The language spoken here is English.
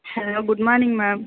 hello good morning ma'am